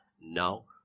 Now